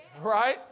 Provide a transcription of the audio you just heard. Right